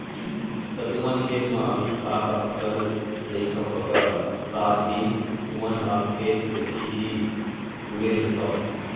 त तुमन खेत म अभी का का फसल लेथव कका रात दिन तुमन ह खेत कोती ही झुले रहिथव?